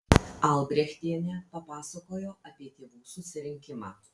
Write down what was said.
albrechtienė papasakojo apie tėvų susirinkimą